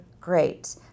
great